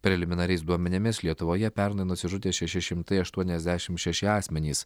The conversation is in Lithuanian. preliminariais duomenimis lietuvoje pernai nusižudė šeši šimtai aštuoniasdešimt šeši asmenys